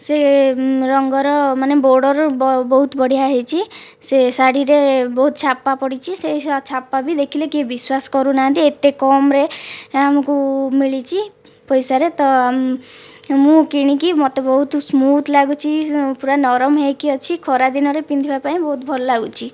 ସେ ରଙ୍ଗର ମାନେ ବର୍ଡ଼ର ବହୁତ ବଢ଼ିଆ ହୋଇଛି ସେ ଶାଢ଼ୀରେ ବହୁତ ଛାପା ପଡ଼ିଛି ସେ ଛାପା ବି ଦେଖିଲେ କେହି ବିଶ୍ୱାସ କରୁନାହାନ୍ତି ଏତେ କମ୍ରେ ଆମକୁ ମିଳିଛି ପଇସାରେ ତ ମୁଁ କିଣିକି ମୋତେ ବହୁତ ସ୍ମୁଥ୍ ଲାଗୁଛି ପୁରା ନରମ ହୋଇକି ଅଛି ଖରା ଦିନରେ ପିନ୍ଧିବା ପାଇଁ ବହୁତ ଭଲଲାଗୁଛି